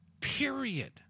period